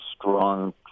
strong